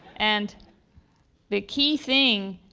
and the key thing